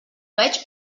veig